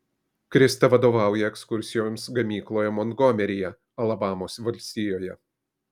krista vadovauja ekskursijoms gamykloje montgomeryje alabamos valstijoje